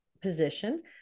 position